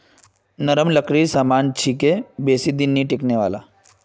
नरम लकड़ीर सामान छिके बेसी दिन नइ टिकने वाला